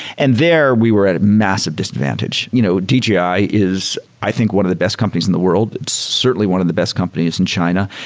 and there, we were at a massive disadvantage. you know dji dji is i think one of the best companies in the world. certainly, one of the best companies in china.